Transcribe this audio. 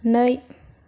नै